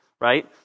Right